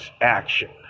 action